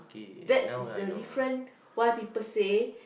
that is the difference why people say